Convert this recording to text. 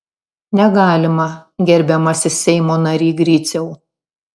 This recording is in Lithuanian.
negalima gerbiamasis seimo nary griciau